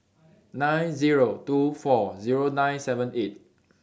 nine Zero two four Zero nine seven eight